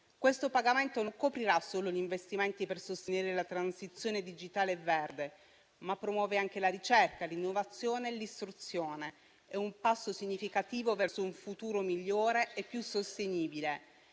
Questo pagamento non coprirà solo gli investimenti per sostenere la transizione digitale e verde, ma promuove anche la ricerca, l'innovazione e l'istruzione. È un passo significativo verso un futuro migliore e più sostenibile.